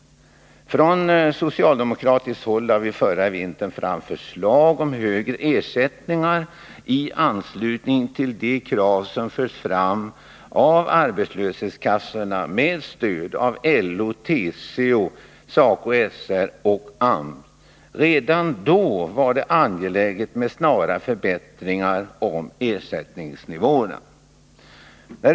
Från socialdemokratiskt håll lade vi förra vintern fram förslag om högre ersättningar i anslutning till de krav som hade förts fram av arbetslöshetskassorna med stöd av LO, TCO, SACO/SR och AMS. Redan då var det angeläget med snara förbättringar av ersättningsnivåerna.